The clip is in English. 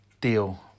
deal